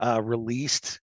released